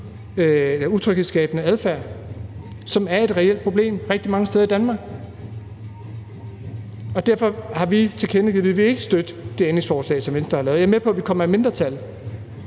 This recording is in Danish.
for utryghedsskabende adfærd, som er et reelt problem rigtig mange steder i Danmark. Derfor har vi tilkendegivet, at vi ikke vil støtte det ændringsforslag, som Venstre har stillet. Jeg er med på, at vi kommer i mindretal,